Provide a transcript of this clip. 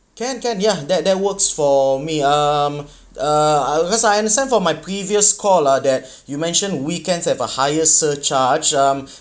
can can ya that that works for me um uh because I understand from my previous call lah that you mentioned weekends have a higher surcharge um